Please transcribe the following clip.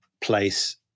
place